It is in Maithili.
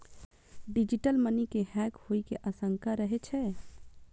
डिजिटल मनी के हैक होइ के आशंका रहै छै